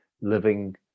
living